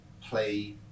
play